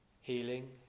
Healing